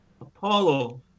Apollo